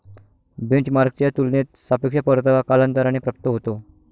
बेंचमार्कच्या तुलनेत सापेक्ष परतावा कालांतराने प्राप्त होतो